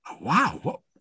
Wow